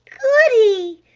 goody!